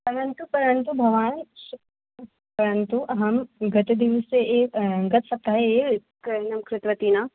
परन्तु परन्तु भवान् परन्तु अहं गतदिवसे ए गतसप्ताहे एव क्रयणं क्रीतवती न